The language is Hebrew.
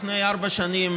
לפני ארבע שנים,